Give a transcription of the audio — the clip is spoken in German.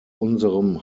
unserem